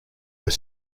were